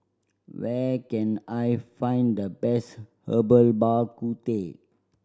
where can I find the best Herbal Bak Ku Teh